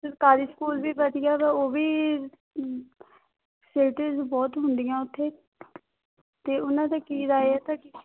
ਸਰਕਾਰੀ ਸਕੂਲ ਵੀ ਵਧੀਆ ਵਾ ਉਹ ਵੀ ਫਸੀਲਟੀਜ ਬਹੁਤ ਹੁੰਦੀਆਂ ਉੱਥੇ ਤਾਂ ਉਨ੍ਹਾਂ ਦੇ ਕੀ ਹਦਾਇਤ ਹੈ ਕਿ